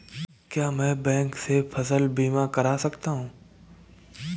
क्या मैं बैंक से फसल बीमा करा सकता हूँ?